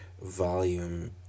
volume